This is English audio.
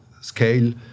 scale